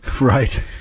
right